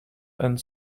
and